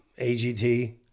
AGT